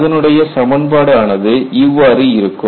அதனுடைய சமன்பாடு ஆனது இவ்வாறு இருக்கும்